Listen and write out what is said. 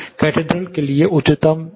cathedral के लिए उच्चतम 26 मिलेगा